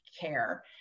care